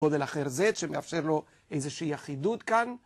גודל אחר זה שמאפשר לו איזושהי אחידות כאן.